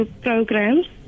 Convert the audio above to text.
programs